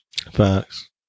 Facts